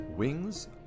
Wings